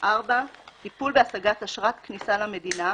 טיפול בהשגת אשרת כניסה למדינה,